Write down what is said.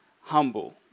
humble